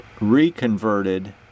reconverted